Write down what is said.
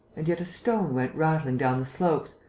and yet a stone went rattling down the slopes,